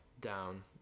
down